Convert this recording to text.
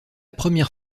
première